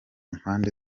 mpande